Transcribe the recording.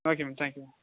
okay ma'am thank you